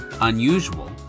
unusual